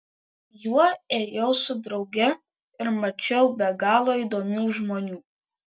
juo ėjau su drauge ir mačiau be galo įdomių žmonių